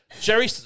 jerry